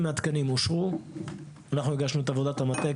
אנחנו הגשנו את עבודת המטה.